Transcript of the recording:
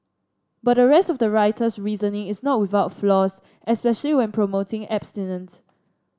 but the rest of the writer's reasoning is not without flaws especially when promoting abstinence